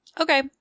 okay